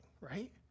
right